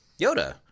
yoda